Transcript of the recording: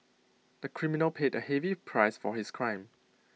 the criminal paid A heavy price for his crime